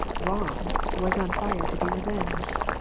wronged, was on fire to be revenged.